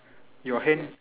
your hand